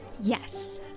yes